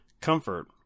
comfort